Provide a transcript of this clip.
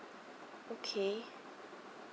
okay